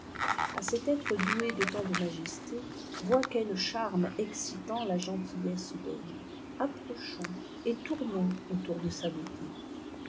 cet être doué de tant de majestévois quel charme excitant la gentillesse donne iapprochons et tournons autour de sa beauté